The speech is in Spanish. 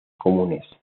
comunes